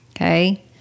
Okay